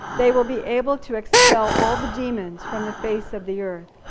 they will be able to expel all the demons from the face of the earth.